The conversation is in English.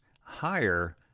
higher